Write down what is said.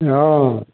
इहाँ आबहन